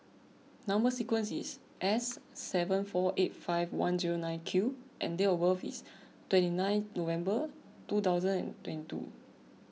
Number Sequence is S seven four eight five one zero nine Q and date of birth is twenty nine November two thousand and twenty two